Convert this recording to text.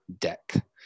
DECK